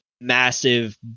massive